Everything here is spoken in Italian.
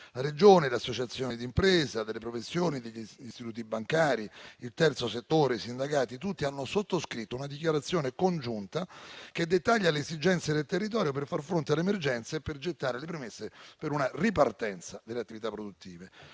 La Regione, le associazioni d'impresa e delle professioni, gli istituti bancari, il terzo settore, i sindacati tutti hanno sottoscritto una dichiarazione congiunta che dettaglia le esigenze del territorio per far fronte alle emergenze e per gettare le premesse per una ripartenza delle attività produttive.